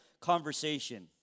conversation